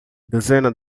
dezenas